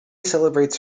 celebrates